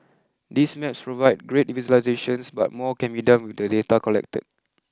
these maps provide great visualisations but more can be done with the data collected